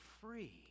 free